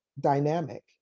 dynamic